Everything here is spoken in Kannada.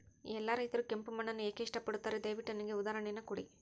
ಎಲ್ಲಾ ರೈತರು ಕೆಂಪು ಮಣ್ಣನ್ನು ಏಕೆ ಇಷ್ಟಪಡುತ್ತಾರೆ ದಯವಿಟ್ಟು ನನಗೆ ಉದಾಹರಣೆಯನ್ನ ಕೊಡಿ?